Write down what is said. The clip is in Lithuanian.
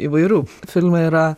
įvairių filme yra